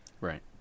Right